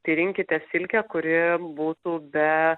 tai rinkitės silkę kuri būtų be